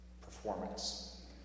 performance